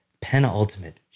penultimate